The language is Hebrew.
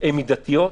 הן מידתיות,